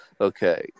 okay